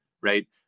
right